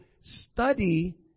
study